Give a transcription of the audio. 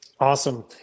Awesome